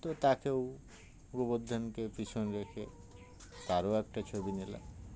তো তাকেও গোবর্ধনকে পিছন রেখে তারও একটা ছবি নিলাম